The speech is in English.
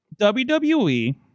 WWE